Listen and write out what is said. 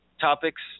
topics